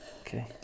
okay